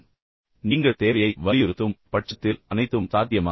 இப்போது நீங்கள் தேவையை வலியுறுத்தும் பட்சத்தில் அனைத்தும் சாத்தியமாகும்